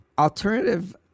Alternative